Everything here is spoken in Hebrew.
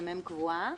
מ"מ קבועה,